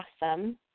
awesome